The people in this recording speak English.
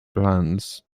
plans